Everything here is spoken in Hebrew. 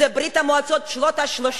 זה ברית-המועצות של שנות ה-30,